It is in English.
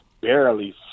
barely